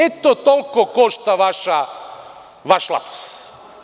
Eto toliko košta vaš lapsus.